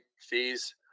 fees